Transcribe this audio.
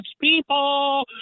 people